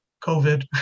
COVID